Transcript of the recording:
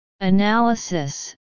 Analysis